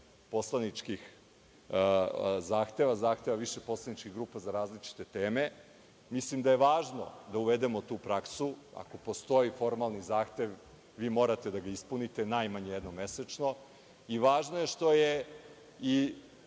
poslaničkih zahteva, zahteva više poslaničkih grupa za različite teme. Mislim da je važno da uvedemo tu praksu. Ako postoji formalni zahtev, vi morate da ga ispunite najmanje jednom mesečno. Važno je što je i